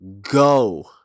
go